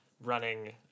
running